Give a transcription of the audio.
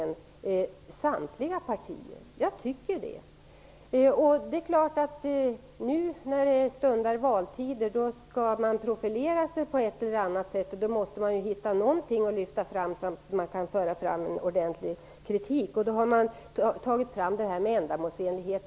I stundande valtider är det klart att man skall profilera sig på ett eller annat sätt, och då måste man hitta någonting att lyfta fram och kritisera ordentligt. Därför har man valt detta med ändamålsenligheten.